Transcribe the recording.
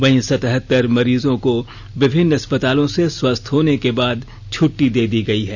वहीं सतहत्तर मरीजों को विभिन्न अस्पतालों से स्वस्थ होने के बाद छट्टी दे दी गयी है